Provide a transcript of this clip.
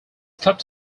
kept